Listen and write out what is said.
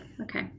Okay